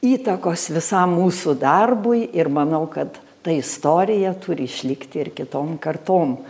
įtakos visam mūsų darbui ir manau kad ta istorija turi išlikti ir kitom kartom